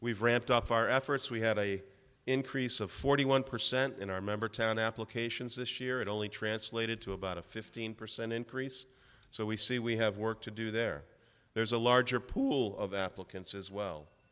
we've ramped up our efforts we had a increase of forty one percent in our member town applications this year it only translated to about a fifteen percent increase so we see we have work to do there there's a larger pool of applicants as well